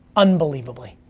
unbelievably.